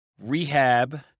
Rehab